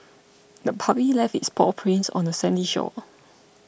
the puppy left its paw prints on the sandy shore